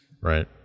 right